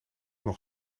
nog